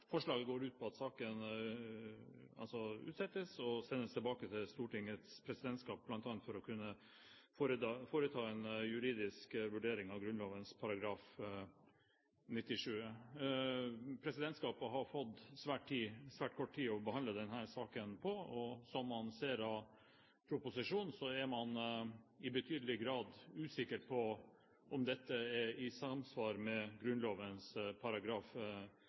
Forslaget går ut på at saken utsettes og sendes tilbake til Stortingets presidentskap, bl.a. for å kunne foreta en juridisk vurdering av Grunnloven § 97. Presidentskapet har fått svært kort tid til å behandle denne saken, og som man ser av proposisjonen, er man i betydelig grad usikker på om dette er i samsvar med